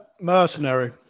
Mercenary